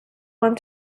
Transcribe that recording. want